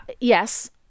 yes